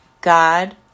God